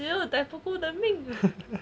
我只要的命